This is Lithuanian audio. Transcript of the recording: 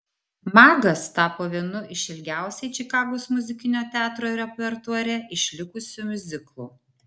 magas tapo vienu iš ilgiausiai čikagos muzikinio teatro repertuare išlikusių miuziklų